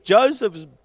Joseph's